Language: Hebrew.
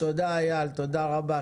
תודה אייל, תודה רבה.